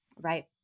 Right